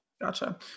Gotcha